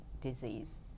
disease